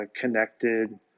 connected